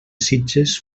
sitges